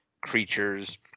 creatures